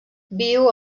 viu